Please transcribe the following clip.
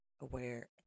aware